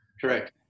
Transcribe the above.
Correct